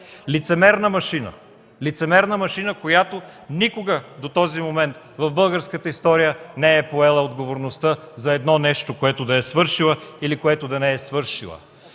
лицемерна машина, която никога до този момент в българската история не е поела отговорността за едно нещо, което да е свършила или което да не е свършила.